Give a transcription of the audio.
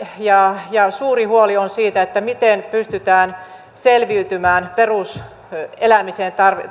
ja ja suuri huoli on siitä miten pystytään selviytymään peruselämiseen